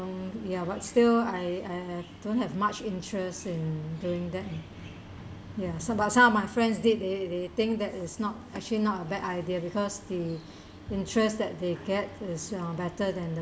ya but still I I I don't have much interest in doing that uh ya but some of my friends did they they think that is not actually not a bad idea because the interest that they get is uh better than the